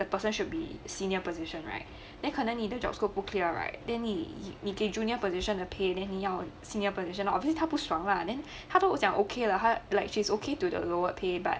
that person should be senior position right then 可能你的 job scope 不 clear right then 你你给 junior position 的 pay then 你要 senior position obviously 他不爽 right then 他都讲 ok lah 他 like shes okay to the lower pay but